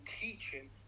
teaching